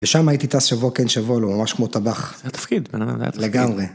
ושם הייתי טס שבוע כן שבוע לא, ממש כמו טבח לגמרי.